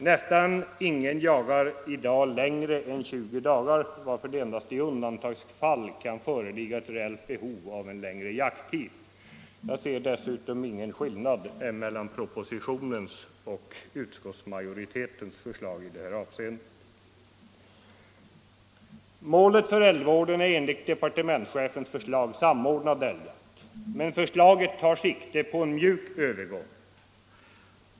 Nästan ingen jagar i dag längre än 20 dagar, varför det endast i undantagsfall kan föreligga ett reellt behov av en längre jakttid. Jag ser dessutom ingen skillnad mellan propositionens förslag och utskottsmajoritetens förslag i detta avseende. Målet för älgvården är enligt departementschefens förslag samordnad älgjakt. Men förslaget tar sikte på en mjuk övergång.